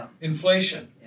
inflation